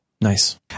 Nice